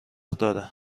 داره